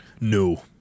No